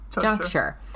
juncture